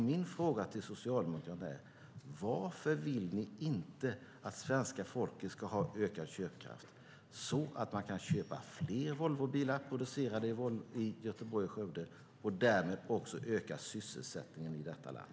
Min fråga till Socialdemokraterna är: Varför vill ni inte att svenska folket ska få ökad köpkraft så att man kan köpa fler Volvobilar producerade i Göteborg och i Skövde och därmed också öka sysselsättningen i detta land.